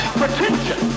pretension